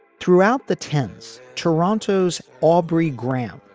throughout the tense, toronto's aubrey graham,